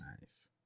nice